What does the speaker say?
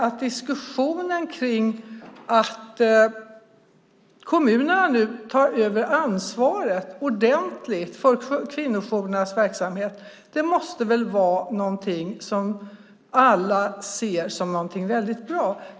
Att kommunerna nu ordentligt tar över ansvaret för kvinnojourernas verksamhet måste väl alla se som någonting väldigt bra.